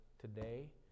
today